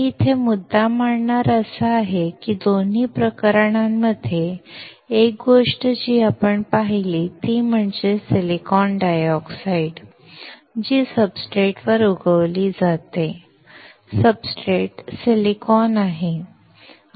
मी इथे मांडणारा मुद्दा असा आहे की दोन्ही प्रकरणांमध्ये एक गोष्ट जी आपण पाहिली ती म्हणजे सिलिकॉन डायऑक्साइड जी सब्सट्रेटवर उगवली जाते सब्सट्रेट सिलिकॉन आहे